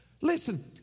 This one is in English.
Listen